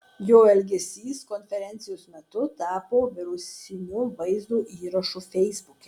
jo elgesys konferencijos metu tapo virusiniu vaizdo įrašu feisbuke